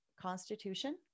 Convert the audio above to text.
constitution